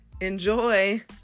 Enjoy